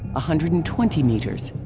hundred and twenty meters!